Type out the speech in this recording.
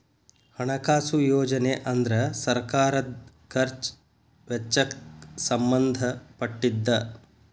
ಹಣಕಾಸು ಯೋಜನೆ ಅಂದ್ರ ಸರ್ಕಾರದ್ ಖರ್ಚ್ ವೆಚ್ಚಕ್ಕ್ ಸಂಬಂಧ ಪಟ್ಟಿದ್ದ